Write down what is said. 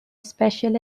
special